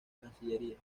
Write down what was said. cancillería